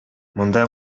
мындай